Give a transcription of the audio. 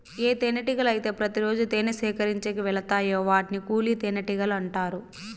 ఏ తేనెటీగలు అయితే ప్రతి రోజు తేనె సేకరించేకి వెలతాయో వాటిని కూలి తేనెటీగలు అంటారు